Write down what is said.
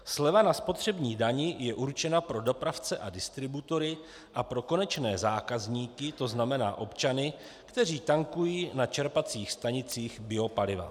Sleva na spotřební dani je určena pro dopravce a distributory a pro konečné zákazníky, to znamená občany, kteří tankují na čerpacích stanicích biopaliva.